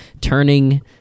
turning